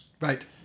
Right